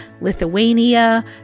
Lithuania